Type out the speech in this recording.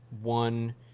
one